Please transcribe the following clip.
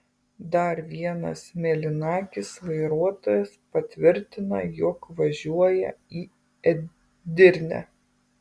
dar vienas mėlynakis vairuotojas patvirtina jog važiuoja į edirnę